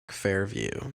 fairview